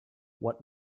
what